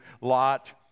Lot